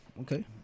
Okay